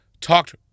talked